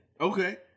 Okay